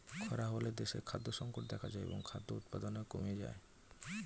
খরা হলে দেশে খাদ্য সংকট দেখা যায় এবং খাদ্য উৎপাদন কমে যায়